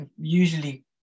usually